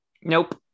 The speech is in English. Nope